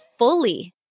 fully